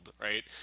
right